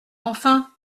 enfin